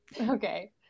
okay